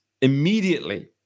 immediately